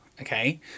okay